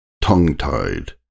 Tongue-tied